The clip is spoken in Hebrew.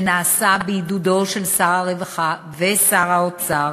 שנעשה בעידוד שר הרווחה ושר האוצר,